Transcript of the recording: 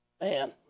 Man